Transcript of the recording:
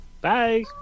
Bye